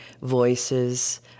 voices